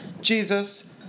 Jesus